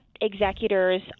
executors